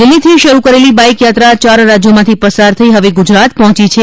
દિલ્હીથી શરૂ કરેલી બાઇકયાત્રા ચાર રાજ્યોમાંથી પસાર થઇ હવે ગુજરાત પહોંચી છે